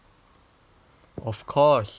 of course